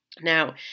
Now